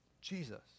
Jesus